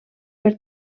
per